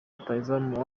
rutahizamu